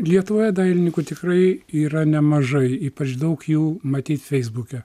lietuvoje dailininkų tikrai yra nemažai ypač daug jų matyt feisbuke